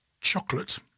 chocolate